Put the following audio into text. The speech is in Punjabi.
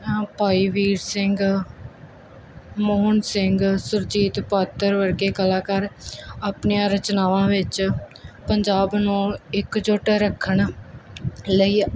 ਭਾਈ ਵੀਰ ਸਿੰਘ ਮੋਹਨ ਸਿੰਘ ਸੁਰਜੀਤ ਪਾਤਰ ਵਰਗੇ ਕਲਾਕਾਰ ਆਪਣੀਆਂ ਰਚਨਾਵਾਂ ਵਿੱਚ ਪੰਜਾਬ ਨਾਲ ਇੱਕਜੁੱਟ ਰੱਖਣ ਲਈ